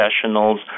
professionals